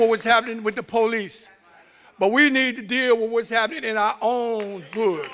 what was happening with the police but we need to do what was happening in our own g